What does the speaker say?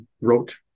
Wrote